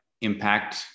impact